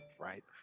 Right